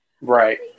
right